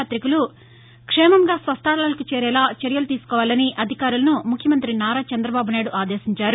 యాతికులు క్షేమంగా స్వన్థలాలకు చేరేలా చర్యలు తీసుకోవాలని అధికారులను ముఖ్యమంతి నారా చందబాబునాయుడు ఆదేశించారు